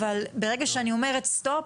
אבל ברגע שאני אומרת "סטופ",